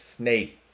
snake